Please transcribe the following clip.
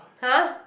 [huh]